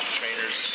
trainers